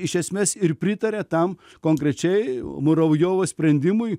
iš esmės ir pritaria tam konkrečiai muravjovo sprendimui